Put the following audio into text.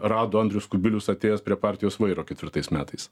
rado andrius kubilius atėjęs prie partijos vairo ketvirtais metais